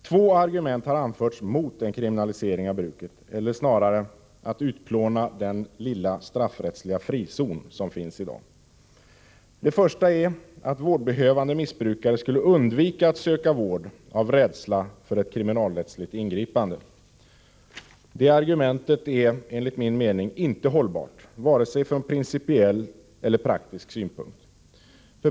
Två argument har anförts mot en kriminalisering av bruket eller snarare att utplåna den lilla straffrättsliga frizon som finns i dag. Det första är att vårdbehövande missbrukare skulle undvika att söka vård av rädsla för ett kriminalrättsligt ingripande. Detta argument är enligt min mening inte hållbart, varken från principiell eller praktisk synpunkt.